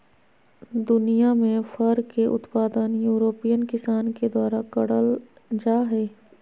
दुनियां में फर के उत्पादन यूरोपियन किसान के द्वारा करल जा हई